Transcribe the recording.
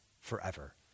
forever